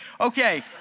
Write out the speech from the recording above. Okay